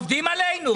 אתם עובדים עלינו?